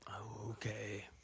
Okay